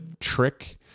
trick